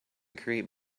create